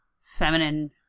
feminine